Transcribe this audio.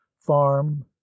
farm